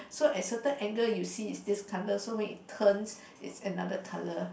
so at certain angle you see is this colour so when you turn is another colour